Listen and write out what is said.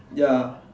ya